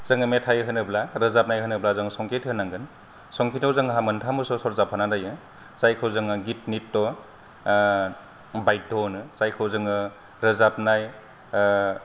जोङो मेथाइ होनोब्ला रोजाबनाय होनोब्ला संगीत होननांगोन संगीताव जोंहा मोनथाम बोसोर सर्जाबहोना जायो जायखौ जोङो गीत नित्य बायद्ध होनो जायखौ जोङो रोजाबनाय